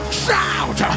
shout